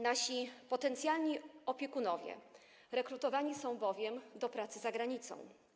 Nasi potencjalni opiekunowie rekrutowani są bowiem do pracy za granicą.